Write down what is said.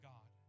God